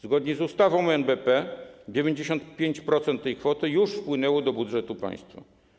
Zgodnie z ustawą o NBP 95% tej kwoty już wpłynęło do budżetu państwa.